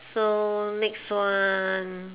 so next one